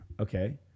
Okay